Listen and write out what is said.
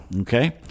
Okay